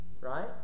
right